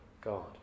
God